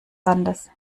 landes